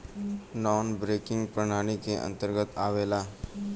नानॅ banking प्रणाली के अंतर्गत आवेला